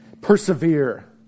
Persevere